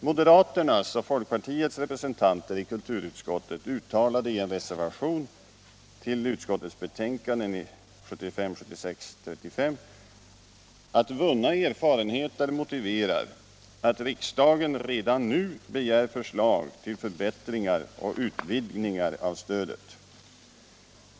Moderaternas och folkpartiets representanter i kulturutskottet uttalade i en reservation till kulturutskottets betänkande 1975/76:35 att vunna erfarenheter motiverar att riksdagen redan nu begär förslag till förbättringar och utvidgningar av stödet.